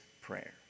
prayer